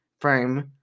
frame